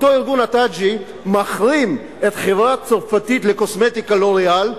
אותו ארגון "איתיג'אה" מחרים את החברה הצרפתית לקוסמטיקה "לוריאל",